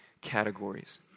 categories